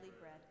bread